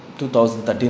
2013